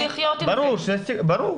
ברור.